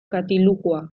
katilukoa